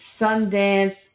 Sundance